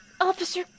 Officer